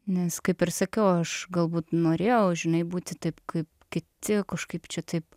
nes kaip ir sakiau aš galbūt norėjau žinai būti taip kaip kiti kažkaip čia taip